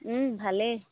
ও ভালেই